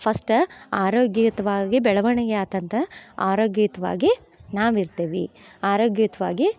first ಆರೋಗ್ಯಯುತವಾಗಿ ಬೆಳವಣ್ಗೆ ಆಗ್ತಂತ ಆರೋಗ್ಯಯುತವಾಗಿ ನಾವು ಇರ್ತೇವೆ ಆರೋಗ್ಯಯುತವಾಗಿ